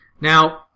Now